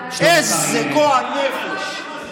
איזה גועל נפש.